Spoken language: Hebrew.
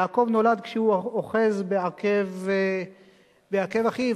יעקב נולד כשהוא אוחז בעקב אחיו.